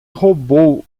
roubou